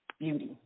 Beauty